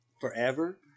forever